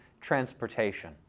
transportation